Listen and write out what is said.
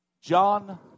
John